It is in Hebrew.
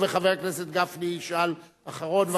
חברת הכנסת אדטו, וחבר הכנסת גפני ישאל אחרון.